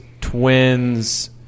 Twins